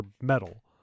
metal